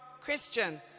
christian